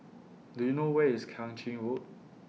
Do YOU know Where IS Kang Ching Road